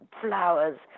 flowers